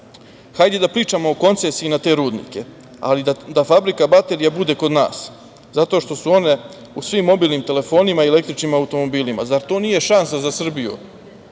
„Hajde da pričamo o koncesiji na te rudnike, ali da fabrika baterija bude kod nas zato što su one u svim mobilnim telefonima i električnim automobilima. Zar to nije šansa za Srbiju?